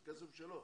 זה כסף שלו.